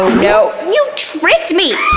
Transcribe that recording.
no, you tricked me!